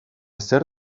zer